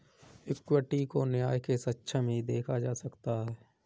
equity को न्याय के समक्ष ही देखा जा सकता है